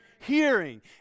hearing